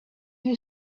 you